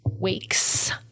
weeks